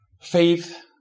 Faith